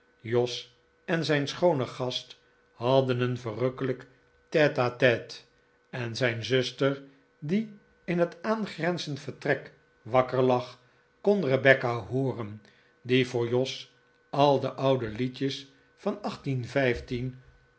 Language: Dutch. jos en zijn schoone gast hadden een verrukkelijk tete-a-tete en zijn zuster die in het aangrenzend vertrek wakker lag kon rebecca hooren die voor jos al de oude liedjes van